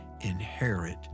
inherit